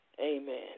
amen